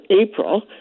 April